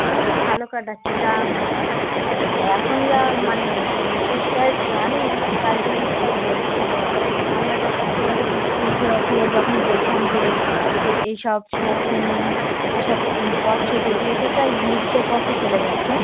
আমি এই ভালো কাটাচ্ছি তা এখন যা মানে বিলুপ্তপ্রায় প্রাণী তাই জন্য ক তাই বলছি যে আমরা যখন তোমাদের স্কুল খোলা ছিল যখন বলতাম যে যে এই সব শকুন এই সব কচ্ছপ এগুলো তো তাই বিলুপ্তর পথে চলে গিয়েছে